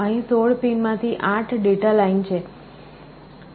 અહીં 16 પિનમાંથી 8 data line છે